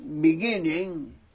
beginning